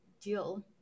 deal